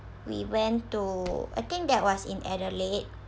we went to I think that was in adelaide